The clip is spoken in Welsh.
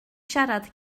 siarad